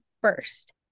first